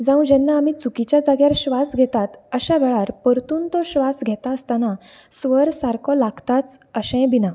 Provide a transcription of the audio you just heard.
जावं जेन्ना आमी चुकीच्या जाग्यार श्वास घेतात अशा वेळार परतून तो श्वास घेता आस्तना स्वर सारको लागताच अशेय बी ना